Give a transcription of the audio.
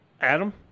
Adam